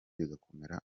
bigakomera